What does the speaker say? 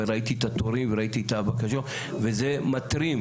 וראיתי את התורים וראיתי את הבקשות וזה מתרים,